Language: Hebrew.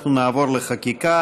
חברי הכנסת, נעבור לחקיקה: